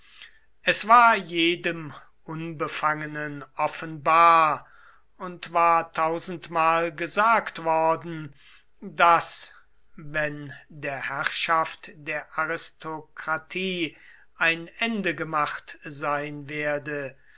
es war jedem unbefangenen offenbar und war tausendmal gesagt worden daß wenn der herrschaft der aristokratie ein ende gemacht sein werde